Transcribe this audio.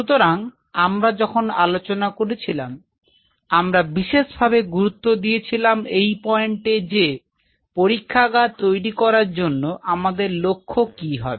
সুতরাং আমরা যখন আলোচনা করেছিলাম আমরা বিশেষভাবে গুরুত্ব দিয়েছিলাম এই পয়েন্টে যে পরীক্ষাগার তৈরি করার জন্য আমাদের লক্ষ্য কি হবে